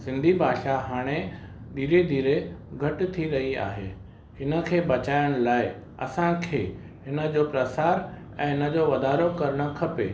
सिंधी भाषा हाणे धीरे धीरे घटि थी रही आहे हिन खे बचाइण लाइ असांखे हिन जो प्रसार ऐं इन जो वधारो करणु खपे